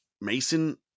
Mason